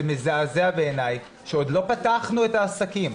זה מזעזע בעיניי שעוד לא פתחנו את העסקים,